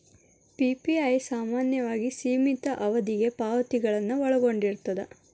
PPI ಸಾಮಾನ್ಯವಾಗಿ ಸೇಮಿತ ಅವಧಿಗೆ ಪಾವತಿಗಳನ್ನ ಒಳಗೊಂಡಿರ್ತದ